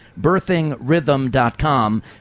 birthingrhythm.com